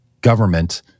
government